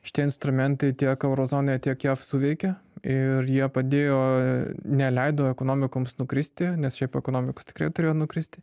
šitie instrumentai tiek euro zonoje tiek jav suveikė ir jie padėjo neleido ekonomikoms nukristi nes šiaip ekonomikos tikrai turėjo nukristi